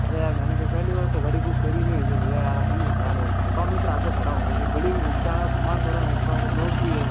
अरे यार मैंने भी पहली बार तो गाड़ी बुक करी नहीं जो भैया यार आप यह बता रहे हो सौ मीटर आगे खड़ा हूँ यह गली में घुमके आना है समान पड़ा है मेरे पास लोग भी है